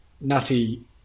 nutty